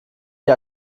die